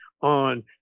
on